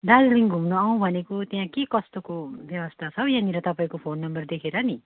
दार्जिलिङ घुम्नु आउँ भनेको त्यहाँ के कस्तोको व्यवस्था छ हौ यहाँनिर तपाईँको फोन नम्बर देखेर नि